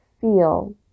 feel